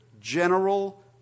general